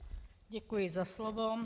Děkuji za slovo.